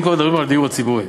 אם כבר מדברים על הדיור הציבורי.